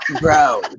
bro